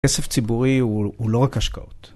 כסף ציבורי הוא לא רק השקעות.